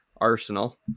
Arsenal